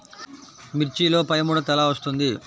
మిర్చిలో పైముడత ఎలా వస్తుంది?